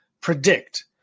predict